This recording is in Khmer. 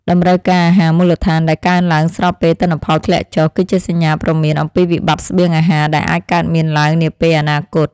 តម្រូវការអាហារមូលដ្ឋានដែលកើនឡើងស្របពេលទិន្នផលធ្លាក់ចុះ គឺជាសញ្ញាព្រមានអំពីវិបត្តិស្បៀងអាហារដែលអាចកើតមានឡើងនាពេលអនាគត។